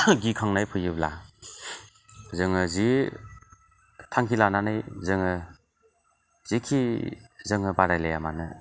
गिखांनाय फैयोब्ला जोङो जि थांखि लानानै जोङो जिखि जोङो बादायलाया मानो